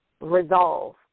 resolve